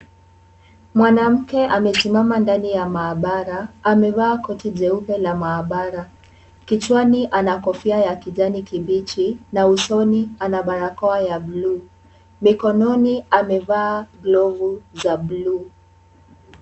Mwanamke ame simama ndani ya maabara, amevaa koti jeupe la maabara, kichwani ana kofia ya kijani kibichi, na usoni ana barakoa ya bluu. Mikononi amevaa glovu za bluu.